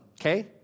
okay